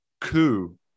coup